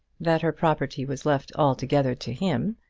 that her property was left altogether to him,